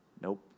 nope